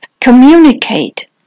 communicate